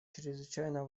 чрезвычайно